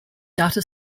data